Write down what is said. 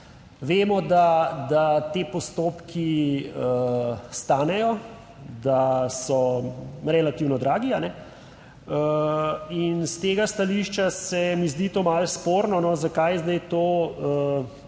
Vemo, da ti postopki stanejo, da so relativno dragi. In s tega stališča se mi zdi to malo sporno, zakaj zdaj ta del